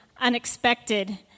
unexpected